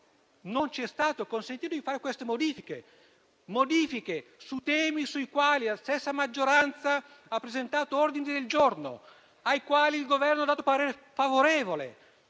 non ci è stato consentito di fare queste modifiche su temi sui quali la stessa maggioranza ha presentato ordini del giorno, sui quali il Governo ha espresso parere favorevole.